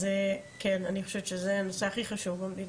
אז כן, אני חושבת שזה הנושא הכי חשוב במדינה.